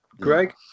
Greg